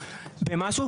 במשהו,